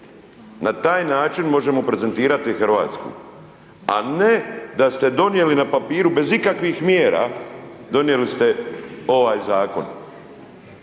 Na taj način možemo prezentirati Hrvatsku a ne da ste donijeli na papiru bez ikakvih mjera, donijeli ste ovaj zakon,